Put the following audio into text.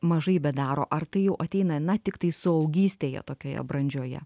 mažai bedaro ar tai jau ateina na tiktai suaugystėje tokioje brandžioje